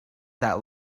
that